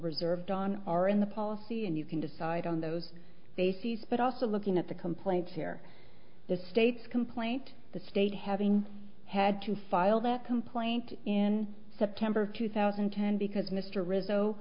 reserved on are in the policy and you can decide on those bases but also looking at the complaints here the state's complaint the state having had to file that complaint in september two thousand and ten because mr rizzo